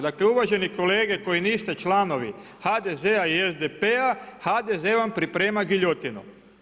Dakle, uvaženi kolega koji niste članovi HDZ-a i SDP-a, HDZ vam priprema giljotinu.